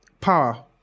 Power